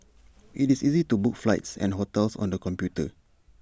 IT is easy to book flights and hotels on the computer